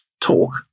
talk